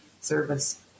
service